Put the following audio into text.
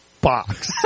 box